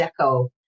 Deco